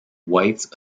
whites